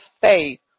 faith